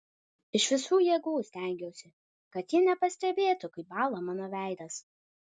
iš visų jėgų stengiausi kad ji nepastebėtų kaip bąla mano veidas